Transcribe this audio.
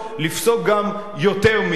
לפסוק גם יותר מזה.